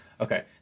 Okay